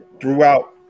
throughout